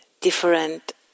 different